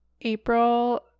april